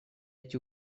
эти